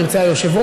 אם ירצה היושב-ראש,